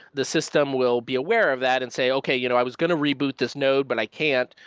the system will be aware of that and say, okay, you know i was going to reboot this node, but i can't,